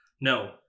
No